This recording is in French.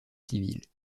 civils